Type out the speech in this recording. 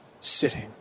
sitting